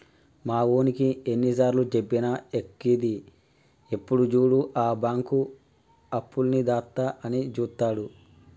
మావోనికి ఎన్నిసార్లుజెప్పినా ఎక్కది, ఎప్పుడు జూడు ఏ బాంకు అప్పులిత్తదా అని జూత్తడు